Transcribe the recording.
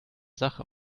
sache